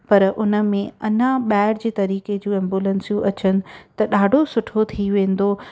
पर उन में अञां ॿाहिरि जे तरीके जूं एंबुलेंसियूं अचनि त ॾाढो सुठो थी वेंदो